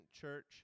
church